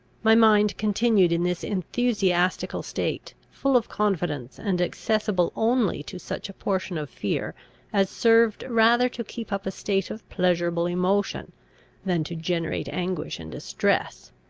my mind continued in this enthusiastical state, full of confidence, and accessible only to such a portion of fear as served rather to keep up a state of pleasurable emotion than to generate anguish and distress,